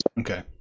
Okay